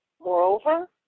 Moreover